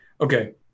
Okay